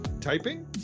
Typing